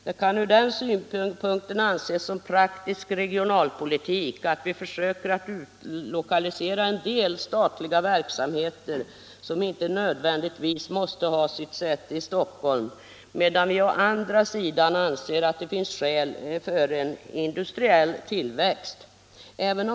Det kan från den synpunkten anses som praktisk regionalpolitik att vi försöker utlokalisera en del statliga verksamheter som inte nödvändigtvis måste ha sitt säte i Stockholm, medan vi å andra sidan anser att det finns skäl för en industriell tillväxt.